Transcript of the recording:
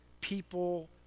people